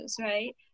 right